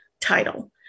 title